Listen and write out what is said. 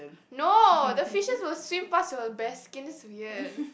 no the fishes will swim pass your bare skin that's weird